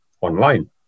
online